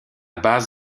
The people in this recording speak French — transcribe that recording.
base